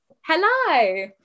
hello